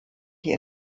die